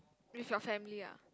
with your family ah